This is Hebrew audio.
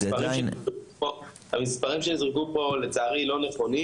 לצערי, המספרים שנזרקו פה לא נכונים